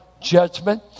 judgment